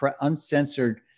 uncensored